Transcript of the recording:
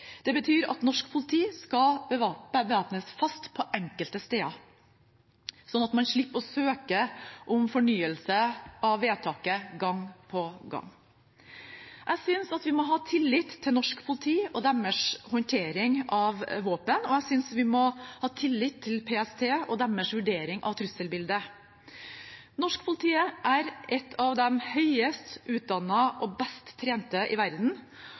Det betyr at norsk politi skal bevæpnes fast på enkelte steder, sånn at man slipper å søke om fornyelse av vedtaket gang på gang. Jeg synes vi må ha tillit til norsk politi og deres håndtering av våpen, og jeg synes vi må ha tillit til PST og deres vurdering av trusselbildet. Norsk politi er blant de høyest utdannede og best trente i verden,